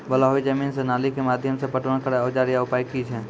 बलूआही जमीन मे नाली के माध्यम से पटवन करै औजार या उपाय की छै?